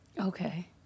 Okay